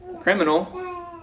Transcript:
criminal